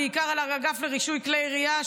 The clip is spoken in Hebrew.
בעיקר על האגף לרישוי כלי הירייה,